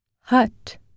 Hut